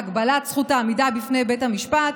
חוק שעוסק בהגבלת זכות העמידה בפני בית המשפט.